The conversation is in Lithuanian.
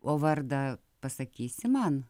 o vardą pasakysi man